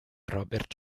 robert